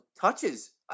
touches